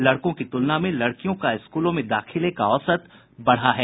लड़कों की तुलना में लड़कियों का स्कूलों में दाखिले का औसत बढ़ा है